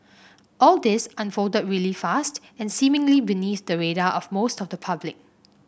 all this unfolded really fast and seemingly beneath the radar of most of the public